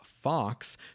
Fox